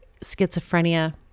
schizophrenia